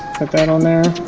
put that on there